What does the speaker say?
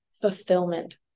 fulfillment